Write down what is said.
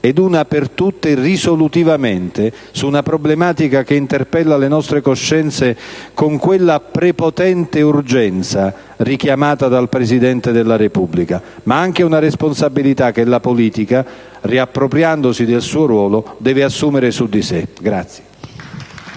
e una volta per tutte su una problematica che interpella le nostre coscienze con quella prepotente urgenza richiamata dal Presidente della Repubblica, ma anche con una responsabilità che la politica, riappropriandosi del suo ruolo, deve assumere su di sé.